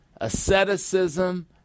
asceticism